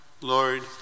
Lord